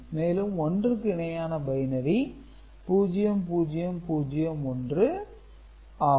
மேலும் 1 க்கு இணையான பைனரி 0001 ஆகும்